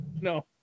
No